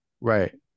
right